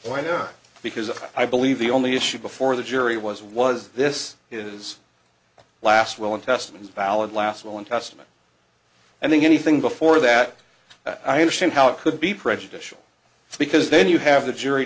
why not because i believe the only issue before the jury was was this his last will and testament is valid last will and testament i think anything before that i understand how it could be prejudicial because then you have the jury